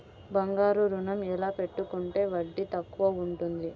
బంగారు ఋణం ఎలా పెట్టుకుంటే వడ్డీ తక్కువ ఉంటుంది?